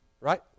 right